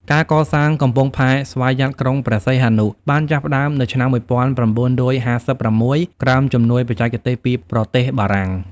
ការកសាងកំពង់ផែស្វយ័តក្រុងព្រះសីហនុបានចាប់ផ្តើមនៅឆ្នាំ ១៩៥៦ ក្រោមជំនួយបច្ចេកទេសពីប្រទេសបារាំង។